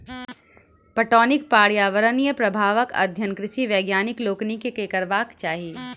पटौनीक पर्यावरणीय प्रभावक अध्ययन कृषि वैज्ञानिक लोकनि के करबाक चाही